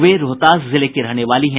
वे रोहतास जिले की रहने वाली हैं